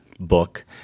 book